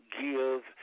Give